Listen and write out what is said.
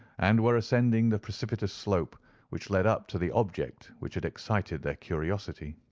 and were ascending the precipitous slope which led up to the object which had excited their curiosity.